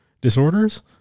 disorders